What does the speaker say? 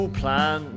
plan